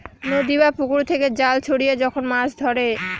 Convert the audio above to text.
নদী বা পুকুর থেকে জাল ছড়িয়ে যখন মাছ ধরে